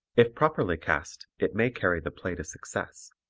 if properly cast it may carry the play to success.